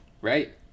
Right